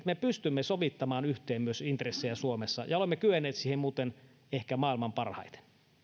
me pystymme myös sovittamaan yhteen intressejä suomessa ja olemme kyenneet siihen muuten ehkä maailman parhaiten